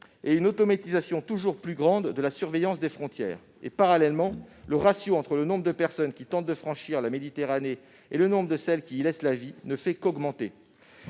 et une automatisation toujours plus grande de la surveillance des frontières. Parallèlement, le ratio entre le nombre de personnes qui tentent de franchir la Méditerranée et le nombre de celles qui y laissent la vie ne fait qu'augmenter.